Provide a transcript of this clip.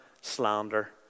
slander